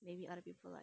maybe other people like